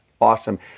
awesome